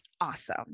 awesome